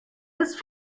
his